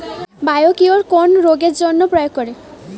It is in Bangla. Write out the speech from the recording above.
বায়োকিওর কোন রোগেরজন্য প্রয়োগ করে?